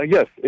Yes